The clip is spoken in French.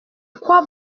quoi